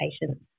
patients